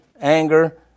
anger